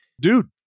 dude